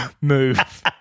move